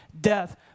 death